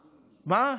מה?